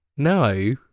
No